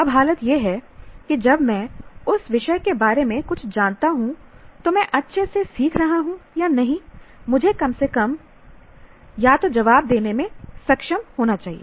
अब हालत यह है कि जब मैं उस विषय के बारे में कुछ जानता हूं तो मैं अच्छे से सीख रहा हूं या नहीं मुझे कम से कम या तो जवाब देने में सक्षम होना चाहिए